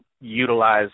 utilize